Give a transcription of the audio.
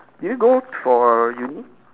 do you go for Uni